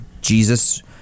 Jesus